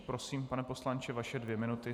Prosím, pane poslanče, vaše dvě minuty.